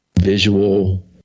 visual